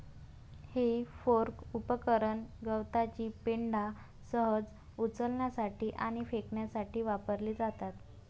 हे फोर्क उपकरण गवताची पेंढा सहज उचलण्यासाठी आणि फेकण्यासाठी वापरली जातात